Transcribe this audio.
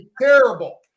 terrible